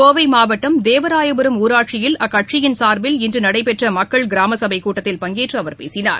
கோவை மாவட்டம் தேவராயபுரம் ஊராட்சியில் அக்கட்சியின் சார்பில் இன்று நடைபெற்ற மக்கள் கிராம சபைக் கூட்டத்தில் பங்கேற்று அவர் பேசினார்